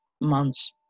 months